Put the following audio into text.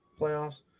playoffs